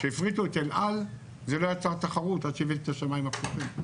כשהפריטו את אל על זה לא יצר תחרות עד שהבאתי את השמיים הפתוחים.